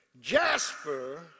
Jasper